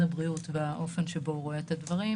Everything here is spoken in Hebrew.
הבריאות והאופן שבו הוא רואה את הדברים,